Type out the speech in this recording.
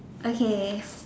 okay